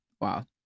Wow